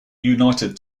united